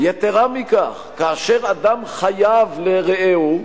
יתירה מכך, כאשר אדם חייב לרעהו,